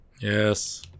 Yes